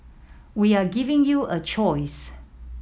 we are giving you a choice